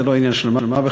זה לא עניין של מה בכך.